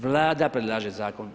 Vlada predlaže zakon.